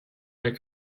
your